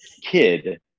kid